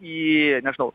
į nežinau